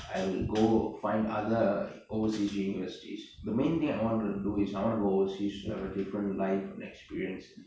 I will go find other overseas universities the main thing I want to do is I want to go overseas to have a different life experience